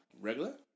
Regular